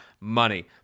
money